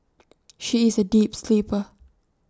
she is A deep sleeper